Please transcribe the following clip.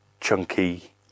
chunky